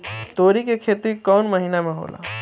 तोड़ी के खेती कउन महीना में होला?